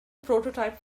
prototype